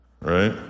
Right